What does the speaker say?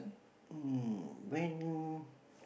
mm when